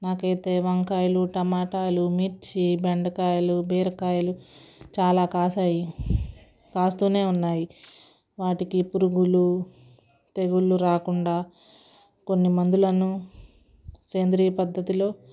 నాకైతే వంకాయలు టమోటాలు మిర్చి బెండకాయలు బీరకాయలు చాలా కాసాయి కాస్తూనే ఉన్నాయి వాటికి పురుగులు తెగుళ్ళు రాకుండా కొన్ని మందులను సేంద్రియ పద్దతిలో